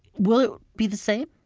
will it be the same?